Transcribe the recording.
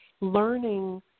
learning